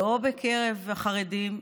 לא בקרב החרדים,